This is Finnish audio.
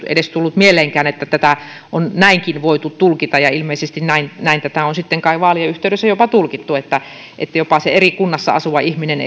edes tullut mieleenkään että tätä on näinkin voitu tulkita ja ilmeisesti näin näin tätä on sitten kai vaalien yhteydessä jopa tulkittu että että jopa se eri kunnassa asuva ihminen